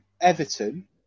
Everton